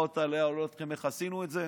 ואני לא אלאה אתכם איך עשינו את זה.